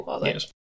Yes